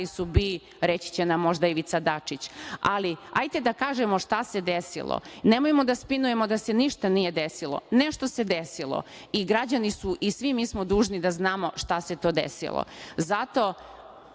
BIA-i, reći će nam možda Ivica Dačić. Ali, hajde da kažemo šta se desilo. Nemojmo da spinujemo da se ništa nije desilo. Nešto se desilo i građani su i svi mi smo dužni da znamo šta se to desilo. Zato